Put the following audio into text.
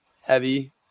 heavy